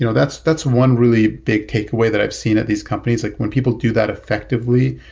you know that's that's one really big take away that i've seen at these companies. like when people do that effectively,